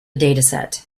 dataset